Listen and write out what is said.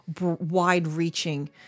wide-reaching